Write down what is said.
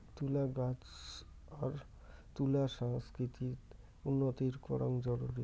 তুলা গছ আর তুলা সংস্কৃতিত উন্নতি করাং জরুরি